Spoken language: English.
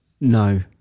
No